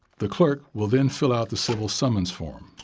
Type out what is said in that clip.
the clerk will then fill out the civil summons form.